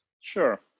Sure